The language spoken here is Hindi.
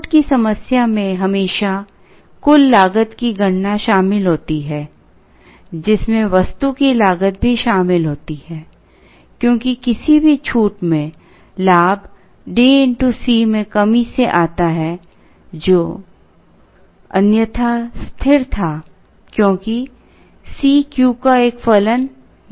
छूट की समस्या में हमेशा कुल लागत की गणना शामिल होती है जिसमें वस्तु की लागत भी शामिल होती है क्योंकि किसी भी छूट में लाभ D C में कमी से आता है जो अन्यथा स्थिर था क्योंकि C Q का एक फcन नहीं था